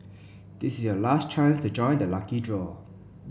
this is your last chance to join the lucky draw